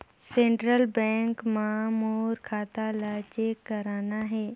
Central bank मां मोर खाता ला चेक करना हे?